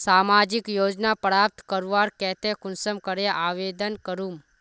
सामाजिक योजना प्राप्त करवार केते कुंसम करे आवेदन करूम?